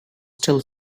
still